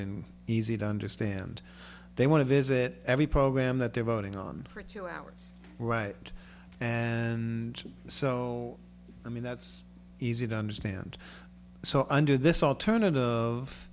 and easy to understand they want to visit every program that they're voting on for two hours right and so i mean that's easy to understand so under this alternative